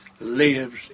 lives